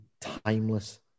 timeless